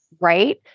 Right